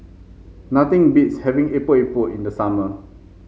nothing beats having Epok Epok in the summer